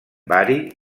bari